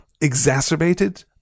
exacerbated